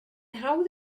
hawdd